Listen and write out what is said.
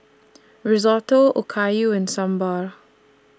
Risotto Okayu and Sambar